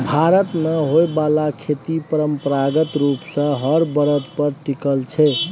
भारत मे होइ बाला खेती परंपरागत रूप सँ हर बरद पर टिकल छै